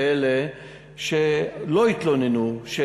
ידוע לנו שיש עוד עשרות מקרים כאלה שלא התלוננו עליהם,